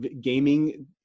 gaming